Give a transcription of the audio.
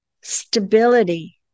stability